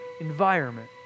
environment